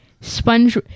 Sponge